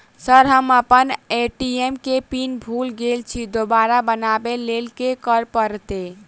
Sir हम अप्पन ATM केँ पिन भूल गेल छी दोबारा बनाबै लेल की करऽ परतै?